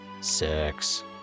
sex